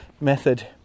method